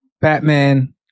Batman